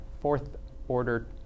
fourth-order